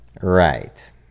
Right